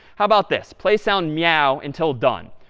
how about this? play sound meow until done.